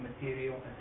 material